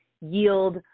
yield